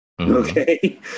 Okay